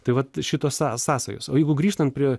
tai vat šitos są sąsajos o jeigu grįžtant prie